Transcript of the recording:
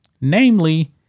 namely